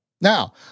Now